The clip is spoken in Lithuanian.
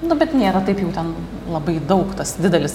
nu bet nėra taip jų ten labai daug tas didelis